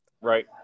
Right